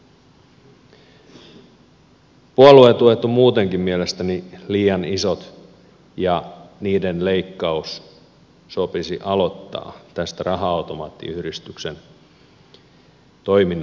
puoluetuet ovat muutenkin mielestäni liian isot ja niiden leikkaus sopisi aloittaa tästä raha automaattiyhdistyksen toiminnan ohjaamisesta